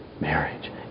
marriage